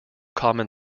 common